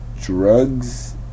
drugs